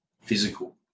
physical